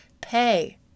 pay